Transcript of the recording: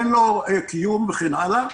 אין להם קיום וכן הלאה.